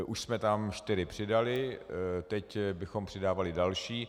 Už jsme tam čtyři přidali, teď bychom přidávali další.